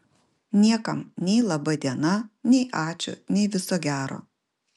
niekam nei laba diena nei ačiū nei viso gero